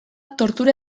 tortura